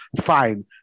fine